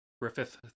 Griffith